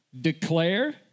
Declare